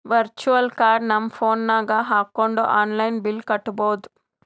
virtual card ನಮ್ phone ನಾಗ್ ಹಾಕೊಂಡ್ ಆನ್ಲೈನ್ ಬಿಲ್ ಕಟ್ಟಬೋದು